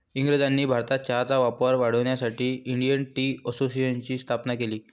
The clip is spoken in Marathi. इंग्रजांनी भारतात चहाचा वापर वाढवण्यासाठी इंडियन टी असोसिएशनची स्थापना केली